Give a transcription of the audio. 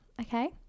okay